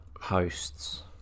hosts